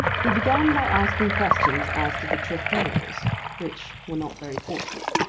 he began by asking questions as to the trefoils which were not very fortunate.